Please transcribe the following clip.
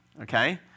Okay